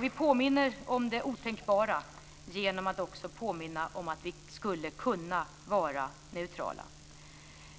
Vi påminner om det otänkbara genom att också påminna om att vi skulle kunna vara neutrala.